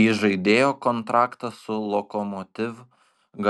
įžaidėjo kontraktas su lokomotiv